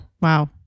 Wow